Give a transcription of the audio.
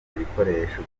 ibikoresho